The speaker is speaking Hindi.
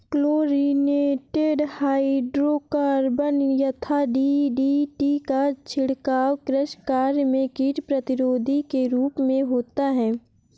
क्लोरिनेटेड हाइड्रोकार्बन यथा डी.डी.टी का छिड़काव कृषि कार्य में कीट प्रतिरोधी के रूप में होता है